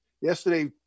yesterday